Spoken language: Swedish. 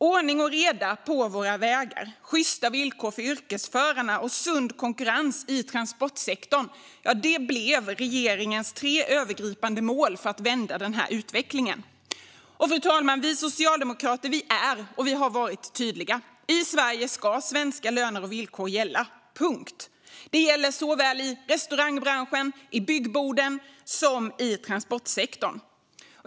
Ordning och reda på våra vägar, sjysta villkor för yrkesförarna och sund konkurrens i transportsektorn blev regeringens tre övergripande mål för att vända utvecklingen. Fru talman! Vi socialdemokrater är och har varit tydliga: I Sverige ska svenska löner och villkor gälla, punkt. Det gäller såväl i restaurangbranschen och i byggboden som i transportsektorn.